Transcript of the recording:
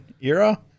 era